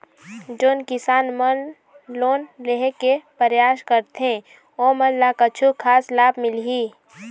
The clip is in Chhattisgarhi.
जोन किसान मन लोन लेहे के परयास करथें ओमन ला कछु खास लाभ मिलही?